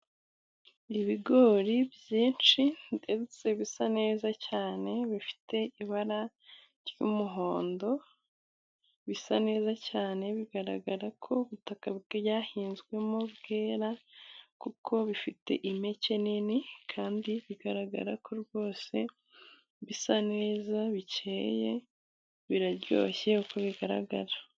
Ibigori byinshi ndetse bisa neza cyane , bifite ibara ry'umuhondo . Bisa neza cyane bigaragara ko ubutaka bihinzwemo bwera , kuko bifite impeke nini kandi bigaragara ko rwose bisa neza bikeye , biraryoshye uko bigaragara.